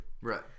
Right